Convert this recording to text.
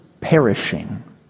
perishing